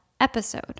episode